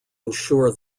ensure